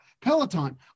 Peloton